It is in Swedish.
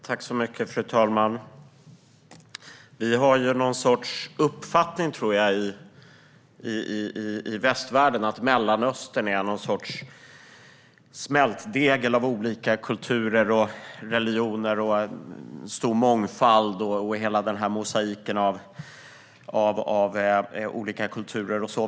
Fru talman! Jag tror att vi i västvärlden har uppfattningen att Mellanöstern är någon sorts smältdegel av olika kulturer och religioner. Det är en stor mångfald och en hel mosaik av olika kulturer.